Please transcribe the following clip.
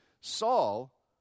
Saul